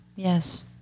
Yes